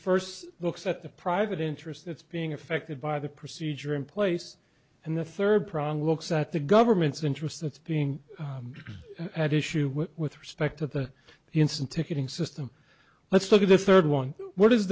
first looks at the private interest that's being affected by the procedure in place and the third prong looks at the government's interest that's being at issue with respect to the instant ticketing system let's look at the third one what is